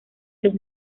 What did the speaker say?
los